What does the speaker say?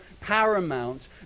paramount